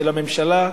של הממשלה,